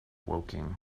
woking